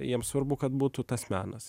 jiem svarbu kad būtų tas menas